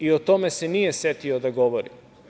O tome se nije setio da govori.